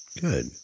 Good